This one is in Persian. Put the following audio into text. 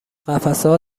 قفسهها